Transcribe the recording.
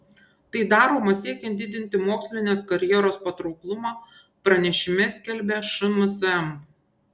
tai daroma siekiant didinti mokslinės karjeros patrauklumą pranešime skelbia šmsm